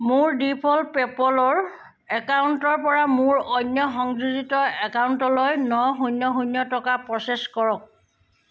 মোৰ ডিফ'ল্ট পে'পলৰ একাউণ্টৰ পৰা মোৰ অন্য সংযোজিত একাউণ্টলৈ ন শূন্য শূন্য টকা প্ৰ'চেছ কৰক